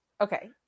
Okay